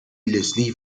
leslie